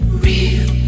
real